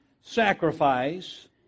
sacrifice